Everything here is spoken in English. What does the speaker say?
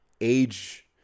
age